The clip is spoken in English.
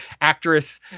actress